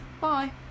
bye